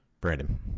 brandon